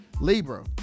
Libra